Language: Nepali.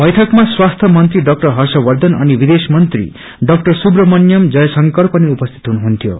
बैठकमा स्वास्थ्य मंत्री डाक्अर हर्षवर्घन अनि विदेश मंत्री डाक्अर सुब्रमण्यम जयशंकर पनि उपस्थित हुनुहुन्थ्यो